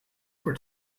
for